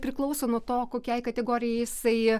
priklauso nuo to kokiai kategorijai jisai